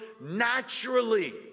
naturally